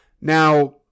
Now